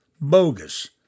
Bogus